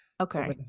Okay